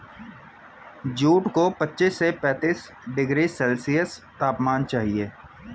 jute को पच्चीस से पैंतीस डिग्री सेल्सियस तापमान चाहिए